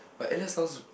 but Eliot sounds